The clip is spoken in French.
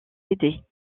aider